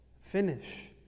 finish